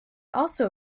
also